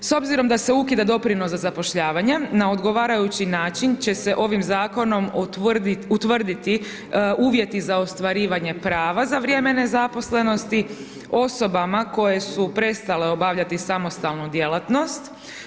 S obzirom da se ukida doprinos za zapošljavanje na odgovarajući način će se ovim zakonom utvrditi uvjeti za ostvarivanje prava za vrijeme nezaposlenosti osobama koje su prestale obavljati samostalnu djelatnost.